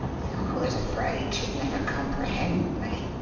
that i was afraid she'd never comprehend me.